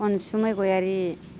अनसुमै गयारी